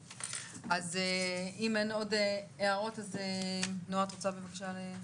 אז אם אין עוד הערות אז נועה את רוצה בבקשה להקריא.